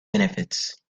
benefits